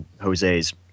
Jose's